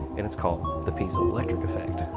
and it's called the piezoelectric effect,